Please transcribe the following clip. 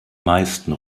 meisten